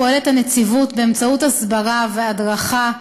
פועלת הנציבות באמצעות הסברה והדרכה,